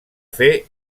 fer